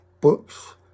books